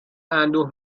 اندوه